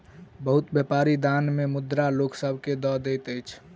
बहुत व्यापारी दान मे मुद्रा लोक सभ के दय दैत अछि